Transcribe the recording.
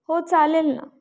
हो चालेल ना